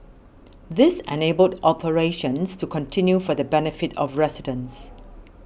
this enabled operations to continue for the benefit of residents